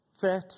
fat